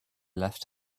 left